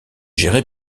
gérée